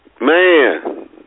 Man